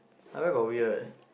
where got weird